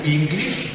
English